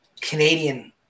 Canadian